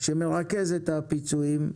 שמרכז את הפיצויים,